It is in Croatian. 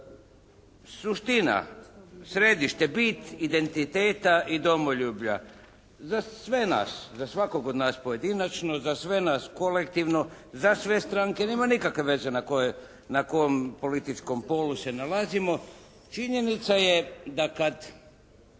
suština, središte, bit identiteta i domoljublja za sve nas, za svakog od nas pojedinačno, za sve nas kolektivno, za sve stranke, nema nikakve veze na kom političkom polu se nalazimo. Činjenica je da kad